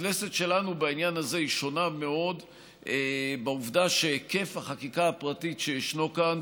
הכנסת שלנו בעניין הזה שונה מאוד בעובדה שהיקף החקיקה הפרטית שישנו כאן